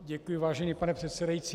Děkuji, vážený pane předsedající.